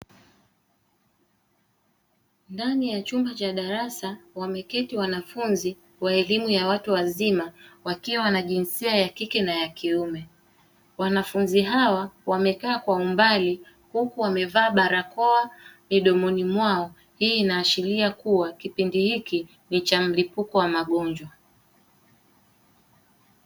Ndani ya chumba cha darasa wameketi wanafunzi wa elimu ya watu wazima wakiwa wana jinsia ya kike na ya kiume, wanafunzi hawa wamekaa kwa umbali huku wamevaa barakoa midomoni mwao, hii inaashiria kua kipindi hiki ni cha mlipuko wa magonjwa.